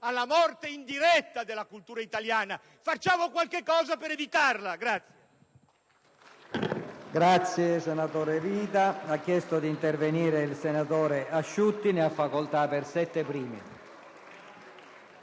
alla morte in diretta della cultura italiana. Facciamo qualcosa per evitarla!